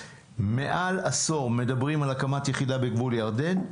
מעל עשור מדברים על הקמת יחידה בגבול ירדן,